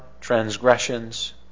transgressions